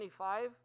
25